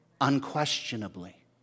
Unquestionably